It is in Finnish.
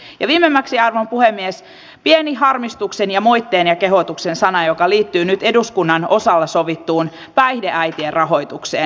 viimemmäksi arvon puhemies pieni harmistuksen moitteen ja kehotuksen sana joka liittyy nyt eduskunnan osalla sovittuun päihdeäitien rahoitukseen